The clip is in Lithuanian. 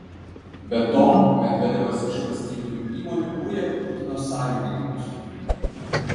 be to medvedevas iš valstybinių įmonių uja putino sąjungininkus